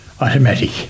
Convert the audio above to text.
automatic